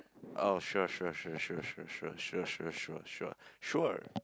oh sure sure sure sure sure sure sure sure sure sure sure